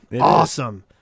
awesome